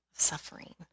suffering